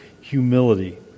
humility